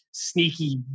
sneaky